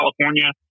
California